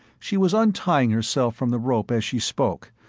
she was untying herself from the rope as she spoke,